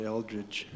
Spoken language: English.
Eldridge